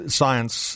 science